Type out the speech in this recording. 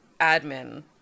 admin